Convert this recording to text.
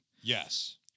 yes